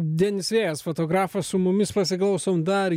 denis vėjas fotografas su mumis pasiklausom dar